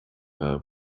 her